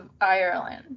Ireland